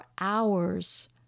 hours